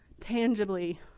tangibly